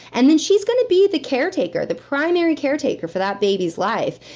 and then she's gonna be the caretaker, the primary caretaker for that baby's life.